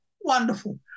wonderful